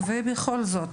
ובכל זאת,